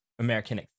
American